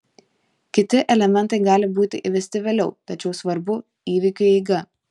kiti elementai gali būti įvesti vėliau tačiau svarbu įvykių eiga